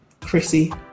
Chrissy